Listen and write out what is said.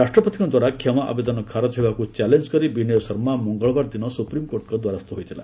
ରାଷ୍ଟ୍ରପତିଙ୍କ ଦ୍ୱାରା କ୍ଷମା ଆବେଦନ ଖାରଜ ହେବାକୁ ଚ୍ୟାଲେଞ୍ଜ କରି ବିନୟ ଶର୍ମା ମଙ୍ଗଳବାରଦିନ ସୁପ୍ରିମକୋର୍ଟଙ୍କ ଦ୍ୱାରସ୍ଥ ହୋଇଥିଲା